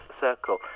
circle